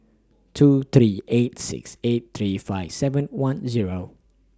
two three eight six eight three five seven one Zero